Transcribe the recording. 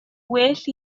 well